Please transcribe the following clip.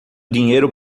dinheiro